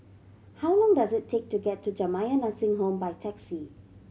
how long does it take to get to Jamiyah Nursing Home by taxi